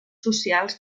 socials